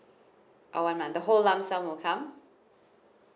oh one month the whole lump sum will come